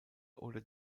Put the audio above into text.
oder